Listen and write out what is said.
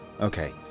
Okay